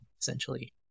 essentially